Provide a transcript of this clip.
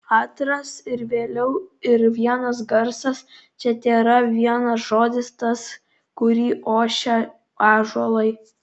atras ir vėliau ir vienas garsas čia tėra vienas žodis tas kurį ošia ąžuolai